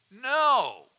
No